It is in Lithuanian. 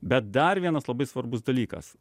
bet dar vienas labai svarbus dalykas